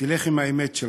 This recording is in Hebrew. תלך עם האמת שלך.